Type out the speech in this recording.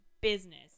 business